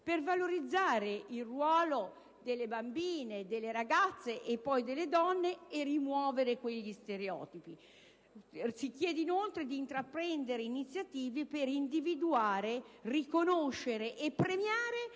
per valorizzare il ruolo delle bambine, delle ragazze e poi delle donne e rimuovere quegli stereotipi. Si chiede inoltre di intraprendere iniziative per individuare, riconoscere e premiare